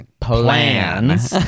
plans